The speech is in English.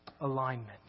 alignment